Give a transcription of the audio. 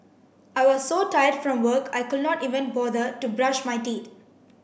I was so tired from work I could not even bother to brush my teeth